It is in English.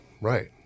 right